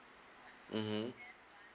mmhmm